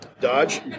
Dodge